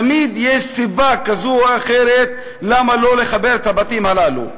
תמיד יש סיבה כזו או אחרת למה לא לחבר את הבתים הללו.